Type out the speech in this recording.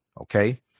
Okay